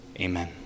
Amen